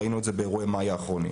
ראינו את זה באירועי מאי האחרונים.